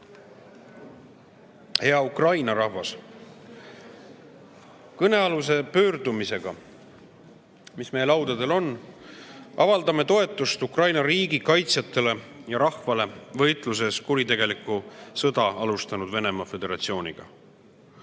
Hea Ukraina rahvas! Kõnealuse pöördumisega, mis meie laudadel on, avaldame toetust Ukraina riigi kaitsjatele ja rahvale võitluses kuritegelikku sõda alustanud Venemaa Föderatsiooniga.